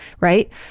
Right